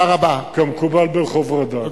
כמקובל ברחוב רד"ק.